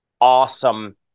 awesome